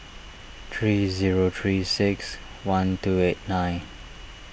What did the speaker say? three zero three six one two eight nine